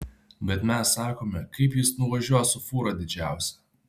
bet mes sakome kaip jis nuvažiuos su fūra didžiausia